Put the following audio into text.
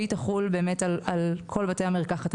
והיא תחול על כול בתי המרקחת.